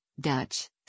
Dutch